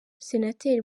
senateri